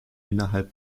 innerhalb